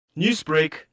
Newsbreak